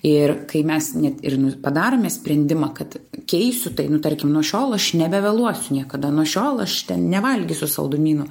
ir kai mes net ir padarome sprendimą kad keisiu tai nu tarkim nuo šiol aš nebevėluosiu niekada nuo šiol aš nevalgysiu saldumynų